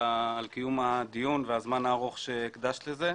קיום הדיון והזמן הארוך שהקדשת לנושא.